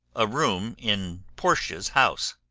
a room in portia's house.